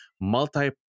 multi